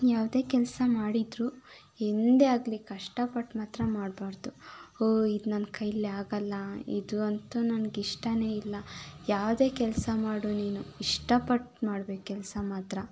ಯಾವುದೇ ಕೆಲಸ ಮಾಡಿದರೂ ಎಂದೇ ಆಗಲಿ ಕಷ್ಟಪಟ್ಟು ಮಾತ್ರ ಮಾಡಬಾರ್ದು ಓಹ್ ಇದು ನನ್ನ ಕೈಲಿ ಆಗೋಲ್ಲ ಇದು ಅಂತು ನಂಗೆ ಇಷ್ಟನೇ ಇಲ್ಲ ಯಾವುದೇ ಕೆಲಸ ಮಾಡು ನೀನು ಇಷ್ಟಪಟ್ಟು ಮಾಡ್ಬೇಕು ಕೆಲಸ ಮಾತ್ರ